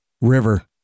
River